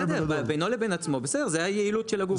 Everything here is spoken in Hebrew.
בינו לבין עצמו זה בסדר, זו היעילות של הגוף.